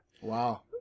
Wow